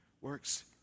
works